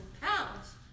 pounds